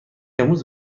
امروز